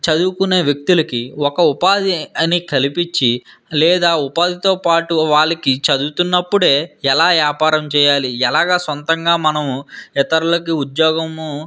చదువుకునే వ్యక్తులకి ఒక ఉపాధి అని కల్పించి లేదా ఉపాధితోపాటు వాళ్లకి చదువుతున్నప్పుడే ఎలా వ్యాపారం చేయాలి ఎలాగా సొంతంగా మనం ఇతరులకు ఉద్యోగము